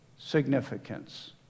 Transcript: significance